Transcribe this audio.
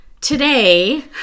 today